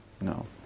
No